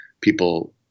people